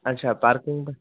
ଆଚ୍ଛା ପାର୍କିଂ